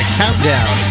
countdown